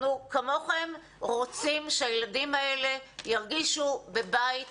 אנחנו כמוכם רוצים שהילדים האלה ירגישו בבית חם,